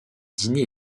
dîner